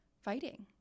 fighting